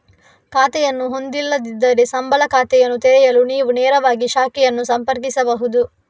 ಖಾತೆಯನ್ನು ಹೊಂದಿಲ್ಲದಿದ್ದರೆ, ಸಂಬಳ ಖಾತೆಯನ್ನು ತೆರೆಯಲು ನೀವು ನೇರವಾಗಿ ಶಾಖೆಯನ್ನು ಸಂಪರ್ಕಿಸಬಹುದು